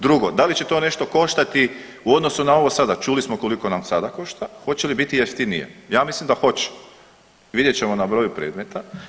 Drugo, da li će to nešto koštati u odnosu na ovo sada, čuli smo koliko nam sada košta, hoće li biti jeftinije, ja mislim da hoće, vidjet ćemo na broju predmeta.